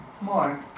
more